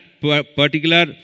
particular